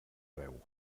veu